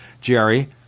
Jerry